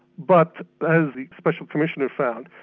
but as the special commissioner found,